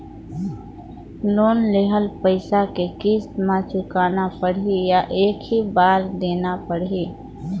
Loan लेहल पइसा के किस्त म चुकाना पढ़ही या एक ही बार देना पढ़ही?